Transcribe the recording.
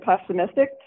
pessimistic